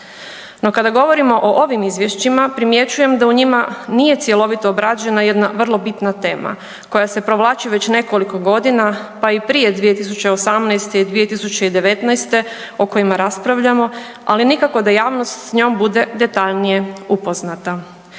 No, kada govorimo o ovim izvješćima primjećujem da u njima nije cjelovito obrađena jedna vrlo bitna tema koja se provlači već nekoliko godina pa i prije 2018. i 2019. o kojima ali nikako da javnost s njom bude detaljnije upoznata.